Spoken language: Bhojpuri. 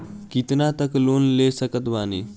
कितना तक लोन ले सकत बानी?